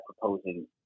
proposing